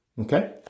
Okay